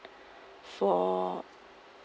for